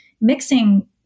mixing